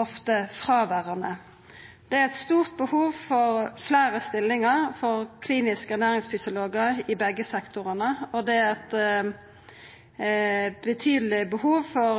ofte fråverande. Det er eit stort behov for fleire stillingar for kliniske ernæringsfysiologar i begge sektorane, og det er eit betydeleg behov for